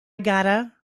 gotta